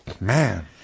man